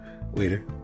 Waiter